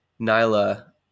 Nyla